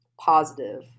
positive